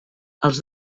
els